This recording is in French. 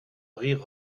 rire